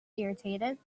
irritated